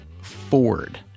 Ford